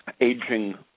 aging